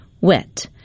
wet